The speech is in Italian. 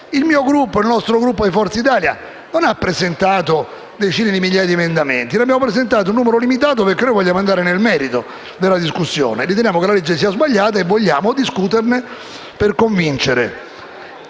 Il mio Gruppo, il Gruppo di Forza Italia, non ha presentato decine di migliaia di emendamenti, ne abbiamo presentati un numero limitato perché vogliamo andare nel merito della discussione; riteniamo che la legge sia sbagliata e vogliamo discuterne per convincere